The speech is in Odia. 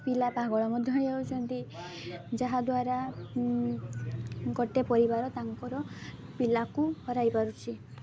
ପିଲା ପାଗଳ ମଧ୍ୟ ହେଉଛନ୍ତି ଯାହାଦ୍ୱାରା ଗୋଟେ ପରିବାର ତାଙ୍କର ପିଲାକୁ ହରାଇ ପାରୁଛି